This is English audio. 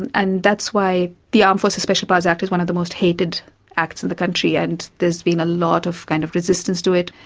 and and that's why the armed forces special powers act is one of the most hated acts of the country, and there's been a lot of kind of resistance to it.